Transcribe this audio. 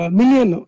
million